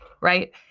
right